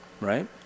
right